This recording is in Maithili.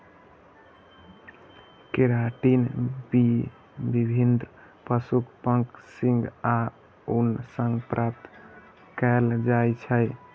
केराटिन विभिन्न पशुक पंख, सींग आ ऊन सं प्राप्त कैल जाइ छै